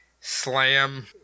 slam